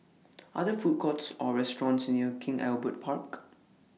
Are There Food Courts Or restaurants near King Albert Park